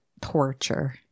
torture